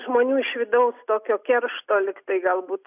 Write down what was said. žmonių iš vidaus tokio keršto lygtai galbūt